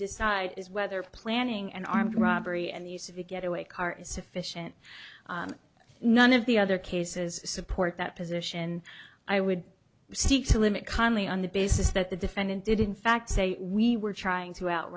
decide is whether planning an armed robbery and the use of a getaway car is sufficient none of the other cases support that position i would seek to limit calmly on the basis that the defendant did in fact say we were trying to